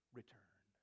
return